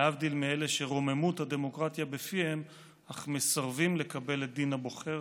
להבדיל מאלה שרוממות הדמוקרטיה בפיהם אך מסרבים לקבל את דין הבוחר.